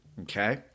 okay